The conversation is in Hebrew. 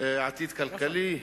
עתיד כלכלי,